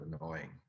annoying